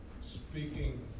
speaking